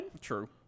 True